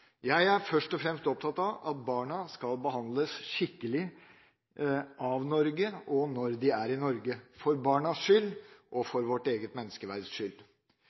Jeg er først og fremst opptatt av at barna skal behandles skikkelig av Norge og når de er i Norge – for barnas skyld og for vårt eget menneskeverds skyld.